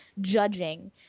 judging